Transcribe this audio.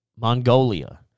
Mongolia